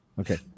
Okay